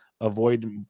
avoid